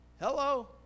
Hello